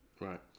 Right